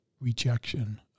rejection